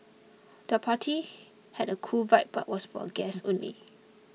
the party had a cool vibe but was for guests only